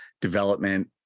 development